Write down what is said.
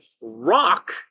Rock